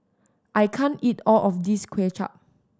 I can't eat all of this Kuay Chap